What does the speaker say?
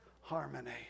harmony